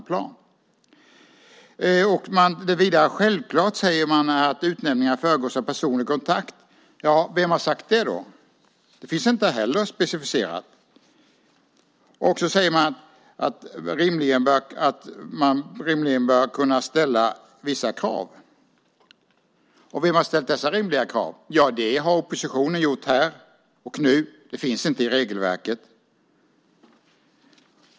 Vidare står det att det är självklart att utnämningar föregås av personlig kontakt. Vem har sagt det? Det finns inte heller specificerat. Dessutom framgår det att man rimligen bör kunna ställa vissa krav. Vem har ställt dessa rimliga krav? Det har oppositionen gjort här och nu. Det finns inte i regelverket.